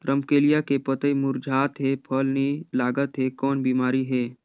रमकलिया के पतई मुरझात हे फल नी लागत हे कौन बिमारी हे?